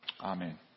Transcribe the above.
Amen